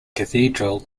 cathedral